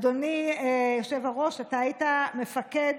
אדוני היושב-ראש, אתה היית מפקד